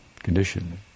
Condition